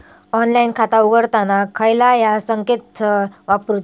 Online खाता उघडताना खयला ता संकेतस्थळ वापरूचा?